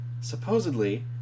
supposedly